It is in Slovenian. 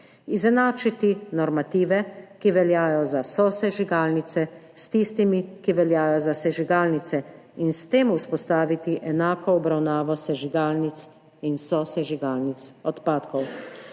izenačiti normative, ki veljajo za sosežigalnice, s tistimi, ki veljajo za sežigalnice, in s tem vzpostaviti enako obravnavo sežigalnic in sosežigalnic odpadkov.